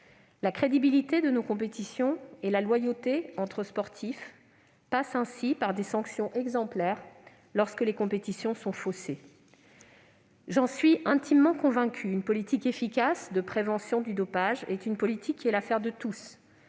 La crédibilité de nos compétitions et la loyauté entre sportifs passent ainsi par des sanctions exemplaires lorsque les compétitions sont faussées. J'en suis intimement convaincue, une politique efficace de prévention du dopage est une politique qui est l'affaire de tous